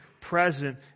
present